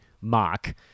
mock